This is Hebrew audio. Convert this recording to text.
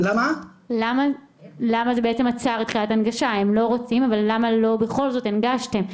הם לא רוצים, אבל למה לא בכל זאת הנגשתם?